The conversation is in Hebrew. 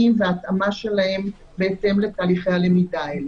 והתאמה שלהם בהתאם לתהליכי הלמידה האלה.